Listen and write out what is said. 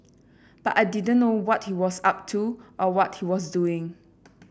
but I didn't know what he was up to or what he was doing